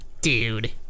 Dude